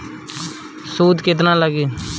सूद केतना लागी?